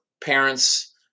parents